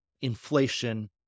inflation